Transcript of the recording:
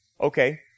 Okay